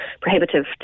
prohibitive